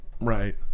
Right